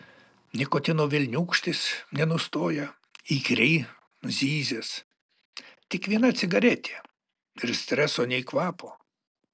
nikotino velniūkštis nenustoja įkyriai zyzęs tik viena cigaretė ir streso nė kvapo